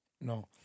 No